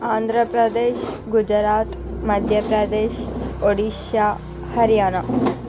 Andhra Pradesh Gujarat Madhya Pradesh Odisha Haryana